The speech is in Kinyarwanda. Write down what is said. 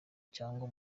cyangwa